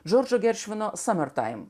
džordžo geršvino summertime